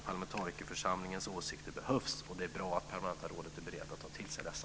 Parlamentarikerförsamlingens åsikter behövs, och det är bra att permanenta rådet är berett att ta till sig dessa.